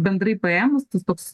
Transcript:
bendrai paėmus tas toks